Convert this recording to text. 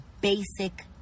basic